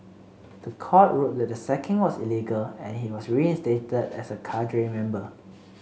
the court ruled that the sacking was illegal and he was reinstated as a cadre member